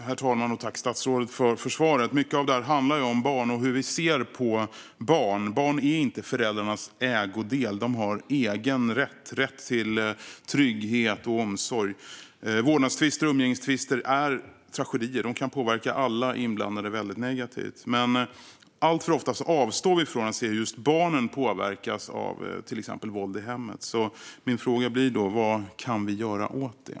Herr talman! Tack, statsrådet, för svaret! Mycket av detta handlar om hur vi ser på barn. Barn är inte föräldrars ägodelar. De har en egen rätt - de har rätt till trygghet och omsorg. Vårdnadstvister och umgängestvister är tragedier. De kan påverka alla inblandade väldigt negativt. Men alltför ofta avstår vi från att se hur just barnen påverkas av till exempel våld i hemmet. Min fråga blir då: Vad kan vi göra åt det?